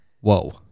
Whoa